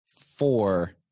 four